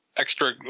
extra